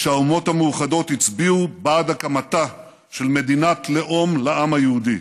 כשהאומות המאוחדות הצביעו בעד הקמתה של מדינת לאום לעם היהודי.